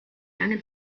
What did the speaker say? lange